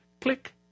Click